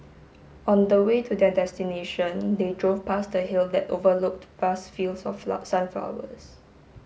on the way to their destination they drove past a hill that overlooked vast fields of sunflowers